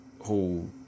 whole